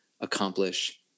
accomplish